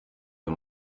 uyu